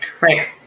Right